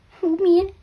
umi eh